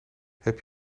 heb